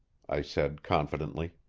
i said confidently.